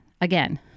again